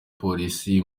polisi